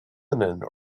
feminine